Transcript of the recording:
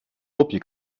dopje